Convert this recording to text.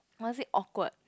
was it awkward